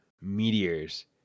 meteors